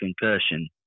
concussion